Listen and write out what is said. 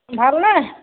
ভালনে